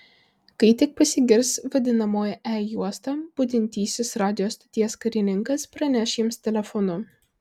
kai tik pasigirs vadinamoji e juosta budintysis radijo stoties karininkas praneš jiems telefonu